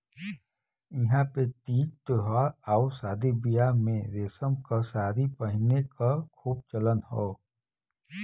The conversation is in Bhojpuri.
इहां पे तीज त्यौहार आउर शादी बियाह में रेशम क सारी पहिने क खूब चलन हौ